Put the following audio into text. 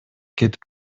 кетип